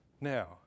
Now